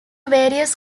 various